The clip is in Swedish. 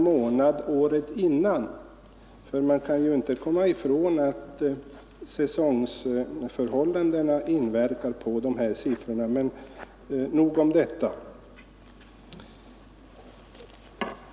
Man kan nämligen inte komma ifrån att säsongförhållandena inverkar på siffrorna. Men nog om detta.